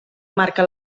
marca